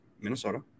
Minnesota